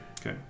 Okay